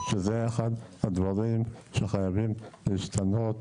שזה אחד מהדברים שחייבים להשתנות